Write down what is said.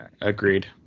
agreed